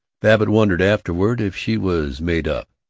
babbitt wondered afterward if she was made up,